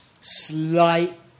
slight